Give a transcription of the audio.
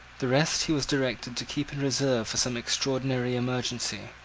the rest he was directed to keep in reserve for some extraordinary emergency,